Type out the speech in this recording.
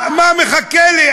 מה מחכה לי?